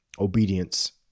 Obedience